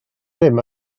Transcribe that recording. ddim